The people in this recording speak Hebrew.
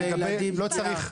קרעי, בבקשה.